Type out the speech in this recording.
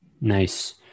Nice